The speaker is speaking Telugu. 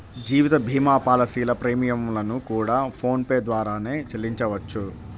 జీవిత భీమా పాలసీల ప్రీమియం లను కూడా ఫోన్ పే ద్వారానే చెల్లించవచ్చు